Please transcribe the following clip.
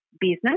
business